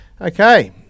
okay